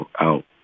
out